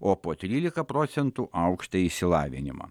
o po trylika procentų aukštąjį išsilavinimą